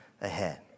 ahead